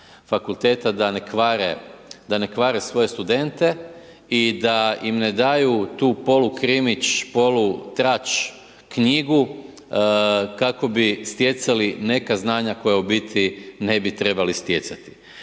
fakulteta da ne kvare svoje studente i da im ne daju tu polu krimić, polu trač knjigu kako bi stjecali neka znanja koja u biti ne bi trebali stjecati.